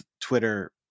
twitter